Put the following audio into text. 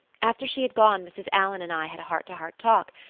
after she had gone mrs. allan and i had a heart-to-heart talk.